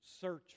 search